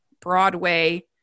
Broadway